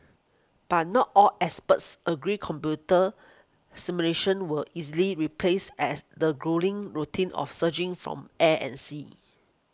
but not all experts agree computer simulations will easily replace as the gruelling routine of searching from air and sea